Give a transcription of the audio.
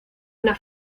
una